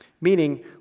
Meaning